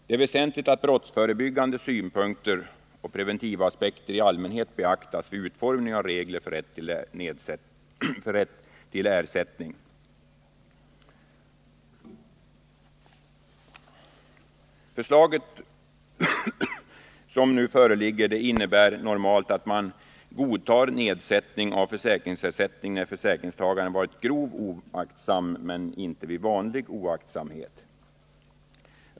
Det är väsentligt att brottsförebyggande synpunkter och preventivaspekter i allmänhet beaktas vid utformningen av regler för rätt till ersättning. Det förslag som föreligger innebär normalt att man godtar nedsättning av försäkringsersättningen när försäkringstagaren varit grovt oaktsam men inte vid vanlig oaktsamhet.